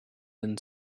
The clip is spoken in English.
then